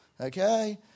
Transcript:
Okay